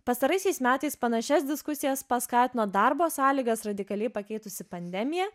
pastaraisiais metais panašias diskusijas paskatino darbo sąlygas radikaliai pakeitusi pandemija